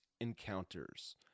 Encounters